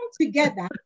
together